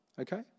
Okay